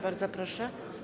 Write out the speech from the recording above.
Bardzo proszę.